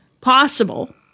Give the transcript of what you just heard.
possible